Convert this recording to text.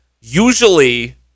Usually